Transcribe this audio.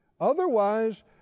Otherwise